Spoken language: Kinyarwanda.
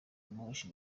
moshi